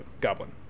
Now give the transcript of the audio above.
goblin